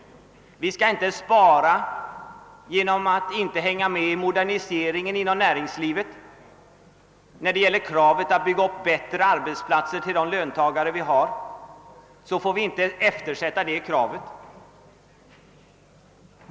Vi skall inte spara genom att inte hänga med i moderniseringen inom näringslivet, och kravet att bygga upp bättre arbetsplatser för de löntagare vi har, får inte eftersättas.